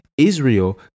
Israel